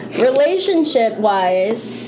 relationship-wise